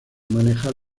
manejar